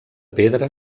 pedra